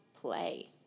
play